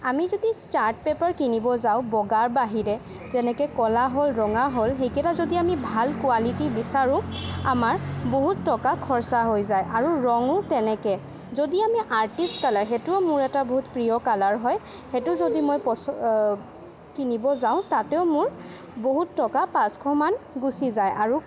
আমি যদি chart paper কিনিব যাওঁ বগাৰ বাহিৰে যেনেকৈ কলা হ'ল ৰঙা হ'ল সেইকেইটা যদি আমি ভাল কোৱালিটি বিচাৰোঁ আমাৰ বহুত টকা খৰচা হৈ যায় আৰু ৰঙো তেনেকৈ যদি আমি আৰ্টিষ্ট কালাৰ সেইটোও মোৰ এটা বহুত প্ৰিয় কালাৰ হয় সেইটো যদি মই কিনিব যাওঁ তাতেও মোৰ বহুত টকা পাঁচশমান গুচি যায় আৰু